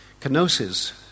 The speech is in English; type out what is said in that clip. Kenosis